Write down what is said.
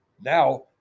Now